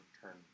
turn